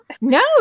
No